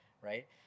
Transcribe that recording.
right